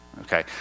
Okay